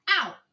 out